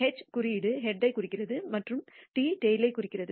H குறியீடு ஹெட்யை குறிக்கிறது மற்றும் T டைல் குறிக்கிறது